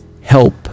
help